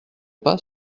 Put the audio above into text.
pas